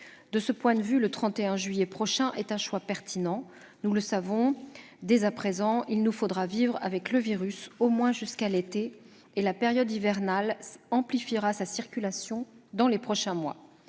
De ce point de vue, le choix du 31 juillet prochain est pertinent. Nous savons très bien dès à présent qu'il nous faudra vivre avec le virus au moins jusqu'à l'été, et la période hivernale amplifiera sa circulation dans les prochains mois.